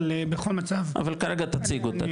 אבל בכל מצב אני --- אבל כרגע תציג אותה,